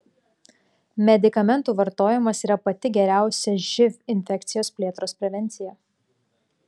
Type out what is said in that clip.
medikamentų vartojimas yra pati geriausia živ infekcijos plėtros prevencija